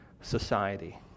society